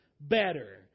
Better